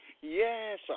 Yes